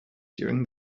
during